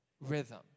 rhythm